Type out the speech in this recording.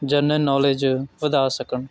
general knowledge ਵਧਾ ਸਕਣ